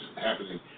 happening